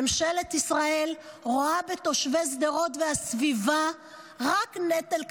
ממשלת ישראל רואה בתושבי שדרות והסביבה רק נטל כלכלי.